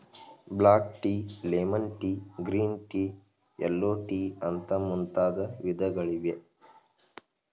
block tea, lemon tea, green tea, yellow tea ಅಂತ ಮುಂತಾದ ವಿಧಗಳಿವೆ